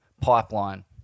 Pipeline